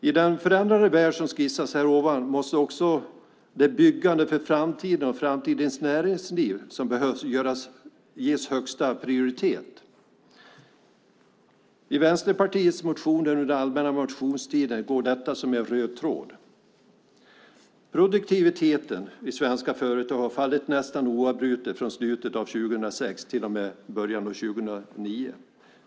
I den förändrade värld som jag skissat måste också det byggande för framtiden och framtidens näringsliv som behövs ges högsta prioritet. I Vänsterpartiets motioner under allmänna motionstiden går detta som en röd tråd. Produktiviteten vid svenska företag har fallit nästan oavbrutet från slutet av 2006 till och med början av 2009.